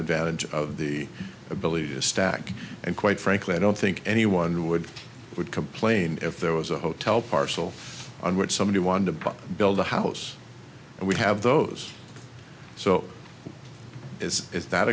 advantage of the ability to stack and quite frankly i don't think anyone would would complain if there was a hotel parcel on which somebody wanted to build a house and we have those so it's that